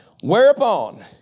whereupon